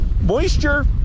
moisture